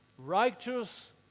Righteous